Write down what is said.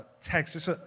text